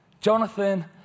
Jonathan